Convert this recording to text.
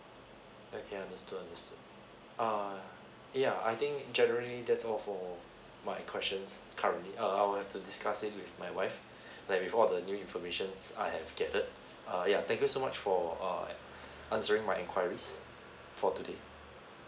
okay okay understood understood ah yeah I think generally that's all for my questions currently err I will have to discuss it with my wife like with all the new informations I have gathered err yeah thank you so much for err answering my enquiries for today